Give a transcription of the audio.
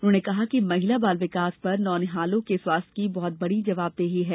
उन्होंने कहा कि महिला बाल विकास पर नौनिहालों के स्वस्थ्य की बहत बडी जवाबदेही है